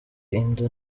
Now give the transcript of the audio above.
inda